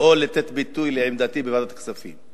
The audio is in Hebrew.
או לתת ביטוי לעמדתי בוועדת כספים.